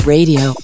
Radio